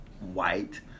white